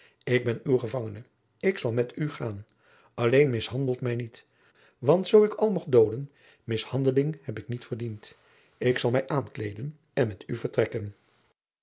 ik ben uw gevangene ik zal met u gaan alleen mishandelt mij niet want zoo ik al mogt dolen mishandeling heb ik niet verdiend ik zal mij aankleelden en met u vertrekken